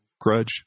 grudge